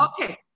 Okay